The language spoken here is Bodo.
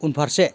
उनफारसे